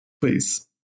please